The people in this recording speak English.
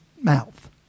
mouth